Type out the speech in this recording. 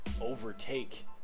overtake